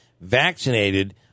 vaccinated